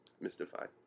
mystified